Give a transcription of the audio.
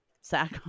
sack